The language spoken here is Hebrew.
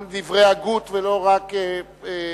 גם דברי הגות ולא רק ברמה,